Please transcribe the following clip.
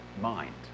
mind